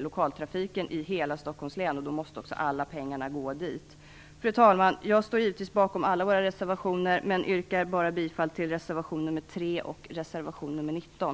lokaltrafiken i hela Stockholms län. Därför måste alla pengar gå dit. Fru talman! Jag står givetvis bakom alla våra reservationer, men jag yrkar bifall bara till reservationerna nr 3 och nr 19.